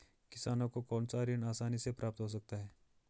किसानों को कौनसा ऋण आसानी से प्राप्त हो सकता है?